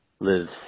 lives